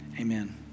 Amen